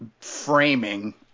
framing